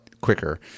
quicker